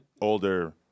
older